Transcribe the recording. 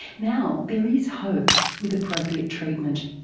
now there is hope, with appropriate treatment.